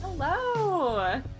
Hello